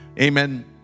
Amen